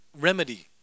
remedy